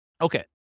Okay